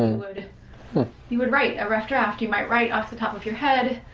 you would you would write a rough draft. you might write off the top of your head,